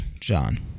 John